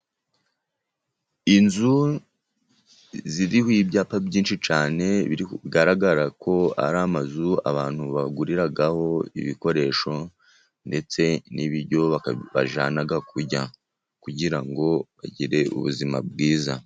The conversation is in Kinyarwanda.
Inzu ziriho ibyapa byinshi cyane, bigaragara ko ari amazu abantu baguriraho ibikoresho, ndetse n'ibiryo bajyana kurya, kugira ngo bagire ubuzima bwiza.